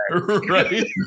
Right